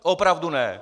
Opravdu ne!